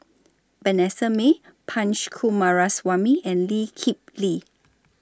Vanessa Mae Punch Coomaraswamy and Lee Kip Lee